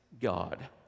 God